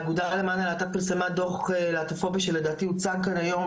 האגודה למען הלהט"ב פרסמה דוח להטופובי שלדעתי הוצג כאן היום,